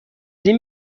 این